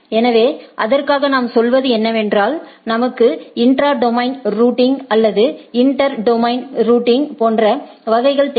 எனவே அதற்காக நாம் சொல்வது என்னவென்றால் நமக்கு இன்ட்ரா டொமைன் ரூட்டிங் அல்லது இன்டெர் டொமைன் ரூட்டிங் போன்ற வகைகள் தேவை